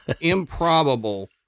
improbable